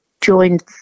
joined